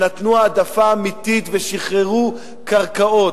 שנתנו העדפה אמיתית ושחררו קרקעות.